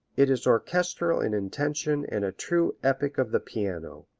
it is orchestral in intention and a true epic of the piano.